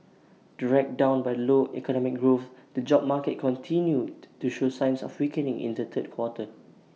dragged down by low economic growth the job market continued to show signs of weakening in the third quarter